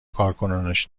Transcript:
کارکنانش